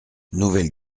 nouvelle